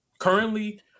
Currently